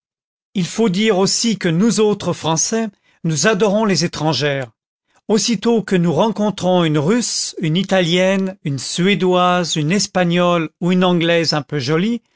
il faut dire aussi que nous autres français nous adorons les étrangères aussitôt que nous rencontrons une russe une italienne une suédoise une espagnole ou une anglaise un peu jolie